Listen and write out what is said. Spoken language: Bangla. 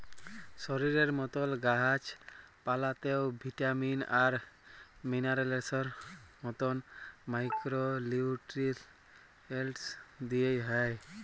শরীরের মতল গাহাচ পালাতেও ভিটামিল আর মিলারেলসের মতল মাইক্রো লিউট্রিয়েল্টস দিইতে হ্যয়